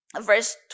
verse